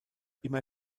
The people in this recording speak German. immer